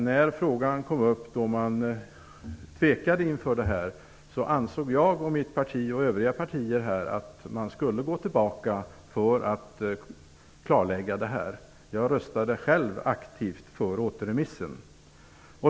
När frågan kom upp och man tvekade inför detta ansåg jag, mitt parti och övriga partier här att man skulle gå tillbaka för att klarlägga detta. Jag röstade själv aktivt för återremissen.